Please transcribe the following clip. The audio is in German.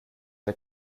der